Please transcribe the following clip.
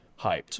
hyped